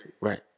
Right